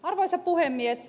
arvoisa puhemies